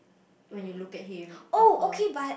when you look at him or her